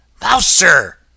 Mouser